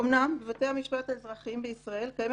אמנם בבתי המשפט האזרחיים בישראל קיימת